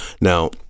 Now